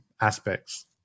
aspects